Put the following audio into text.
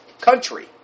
country